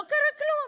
לא קרה כלום.